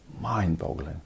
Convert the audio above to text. mind-boggling